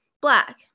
Black